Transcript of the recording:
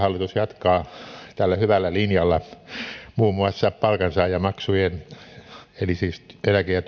jatkaa tällä hyvällä linjalla muun muassa palkansaajamaksujen eli eläke